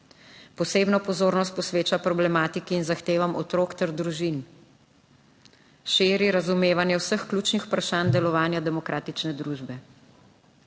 pozornost posveča problematiki in zahtevam otrok ter družin, širi razumevanje vseh ključnih vprašanj delovanja demokratične družbe.